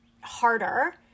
harder